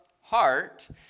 Heart